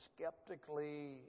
skeptically